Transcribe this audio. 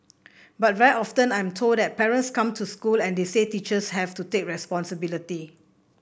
but very often I am told that parents come to school and they say teachers have to take responsibility